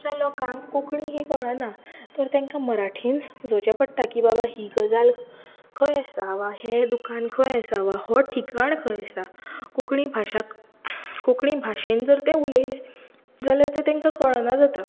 च्या लोकांक कोंकणी ही कळना तर तांकां मराठींत समजोवचें पडटा की बाबा ही गजाल खंय आसा वा हें दुकान खंय आसा वा हो ठिकाण खंय आसा कोंकणी भाशा कोंकणी भाशेन जर ते उलयले जाल्यार तें तेंका कळना जाता